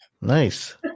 Nice